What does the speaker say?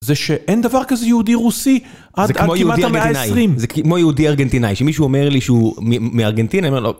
זה שאין דבר כזה יהודי-רוסי עד כמעט המאה ה-20. זה כמו יהודי ארגנטיני, שמישהו אומר לי שהוא מארגנטינה, אני אומר לו...